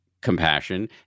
compassion